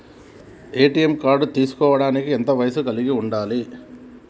ATM card తీసుకోవడం కోసం ఎంత వయస్సు కలిగి ఉండాలి?